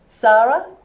Sarah